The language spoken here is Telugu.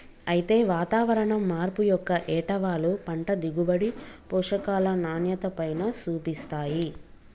అయితే వాతావరణం మార్పు యొక్క ఏటవాలు పంట దిగుబడి, పోషకాల నాణ్యతపైన సూపిస్తాయి